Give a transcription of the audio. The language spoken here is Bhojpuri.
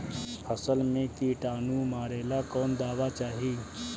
फसल में किटानु मारेला कौन दावा चाही?